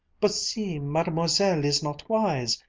but see, mademoiselle is not wise!